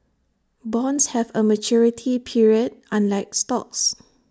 bonds have A maturity period unlike stocks